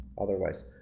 otherwise